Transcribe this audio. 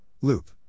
loop